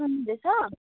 सुन्नु हुँदैछ